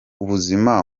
ubuzima